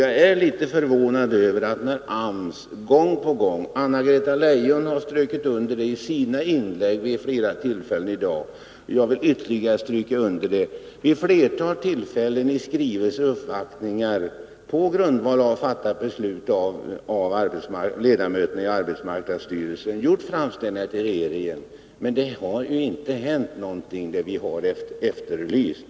Jag blir förvånad över att AMS — Anna-Greta Leijon har flera gånger i dag understrukit det i sina inlägg, och jag vill också göra det — vid ett flertal tillfällen i skrivelser och vid uppvaktningar, på grundval av det beslut som ledamöterna i arbetsmarknadsstyrelsen fattat, gjort framställningar till regeringen. Men det har inte hänt någonting beträffande det som vi har efterlyst.